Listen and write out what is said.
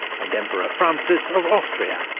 and emperor francis of austria,